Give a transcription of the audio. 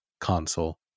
console